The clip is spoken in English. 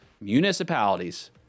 municipalities